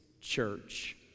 church